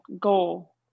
goal